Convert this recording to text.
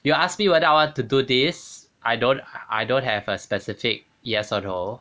you ask me whether I want to do this I don't I don't have a specific yes or no